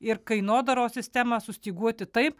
ir kainodaros sistemą sustyguoti taip